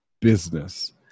business